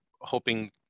hoping